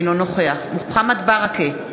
אינו נוכח מוחמד ברכה,